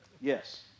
Yes